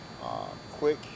quick